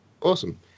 awesome